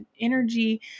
energy